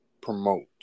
promote